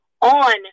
on